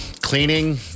Cleaning